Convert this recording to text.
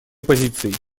позицией